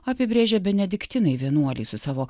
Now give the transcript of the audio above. apibrėžia benediktinai vienuoliai su savo